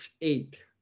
eight